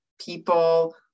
people